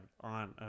on